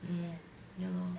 um ya lor